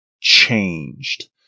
changed